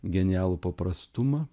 genialų paprastumą